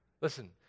Listen